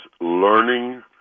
learning